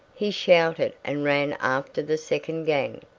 he shouted and ran after the second gang,